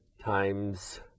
times